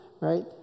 right